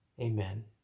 Amen